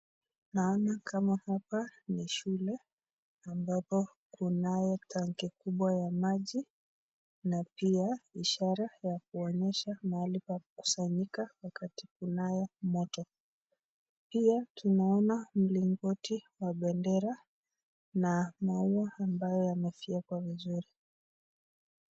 Naona kama hapa ni shule ambapo kunayo tanki kubwa ya maji na pia ishara ya kuonyesha mahali pa kukusanyika wakati kunayo moto, pia tunaona mlingoti wa bendera na maua ambayo yamefyekwa vizuri.